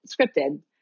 scripted